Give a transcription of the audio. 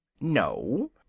no